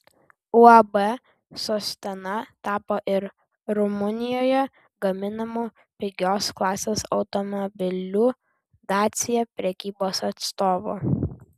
uab sostena tapo ir rumunijoje gaminamų pigios klasės automobilių dacia prekybos atstovu